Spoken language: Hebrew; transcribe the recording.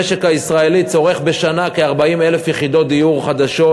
המשק הישראלי צורך בשנה כ-40,000 יחידות דיור חדשות,